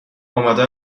آمده